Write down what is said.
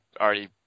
already